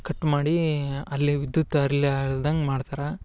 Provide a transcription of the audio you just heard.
cut ಮಾಡಿ ಅಲ್ಲಿ ವಿದ್ಯುತ್ ಹರಿಲಾರ್ದಂಗ್ ಮಾಡ್ತಾರ